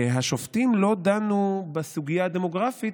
והשופטים לא דנו בסוגיה הדמוגרפית